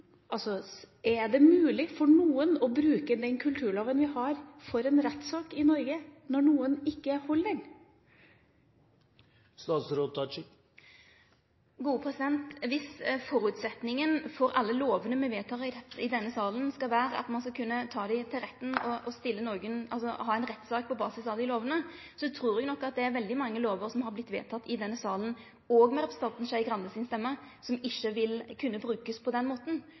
å bruke den kulturloven vi har, i en rettssak i Norge, hvis noen ikke holder den? Dersom føresetnaden for alle lovane me vedtek i denne salen, skal vere at ein skal kunne ta dei til retten og ha ein rettssak på basis av lovane, trur eg nok at det er veldig mange lovar som er vedtekne her i denne salen – òg med representanten Skei Grandes stemme – som ikkje vil kunne verte brukte på den måten.